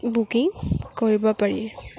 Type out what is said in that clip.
booking কৰিব পাৰি